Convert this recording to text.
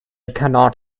cannot